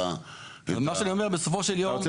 אני רוצה